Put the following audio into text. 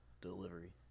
delivery